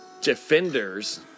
Defenders